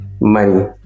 money